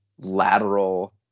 lateral